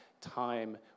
time